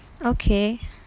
okay